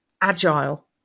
agile